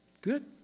Good